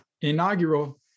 inaugural